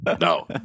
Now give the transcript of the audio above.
No